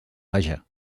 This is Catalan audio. vaja